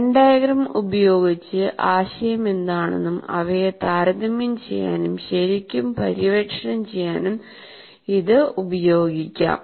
when diagram ഉപയോഗിച്ച് ആശയം എന്താണെന്നും അവയെ താരതമ്യം ചെയ്യാനും ശരിക്കും പര്യവേക്ഷണം ചെയ്യാനും ഇത് ഉപയോഗിക്കാം